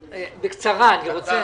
בבקשה.